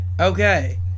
Okay